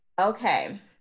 Okay